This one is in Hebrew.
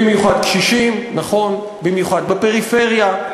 במיוחד קשישים, נכון, במיוחד בפריפריה.